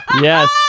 yes